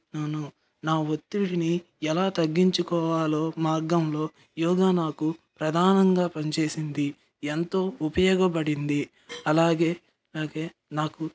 నను నా ఒత్తిడిని ఎలా తగ్గించుకోవాలో మార్గంలో యోగా నాకు ప్రధానంగా పనిచేసింది ఎంతో ఉపయోగపడింది అలాగే నాకే నాకు